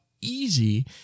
easy